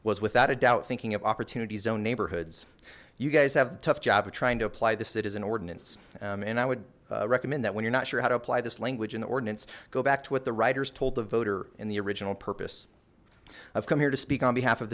was without a doubt thinking of opportunities own neighborhoods you guys have the tough job of trying to apply the citizen ordinance and i would recommend that when you're not sure how to apply this language in the ordinance go back to what the writers told the voter in the original purpose i've come here to speak on behalf of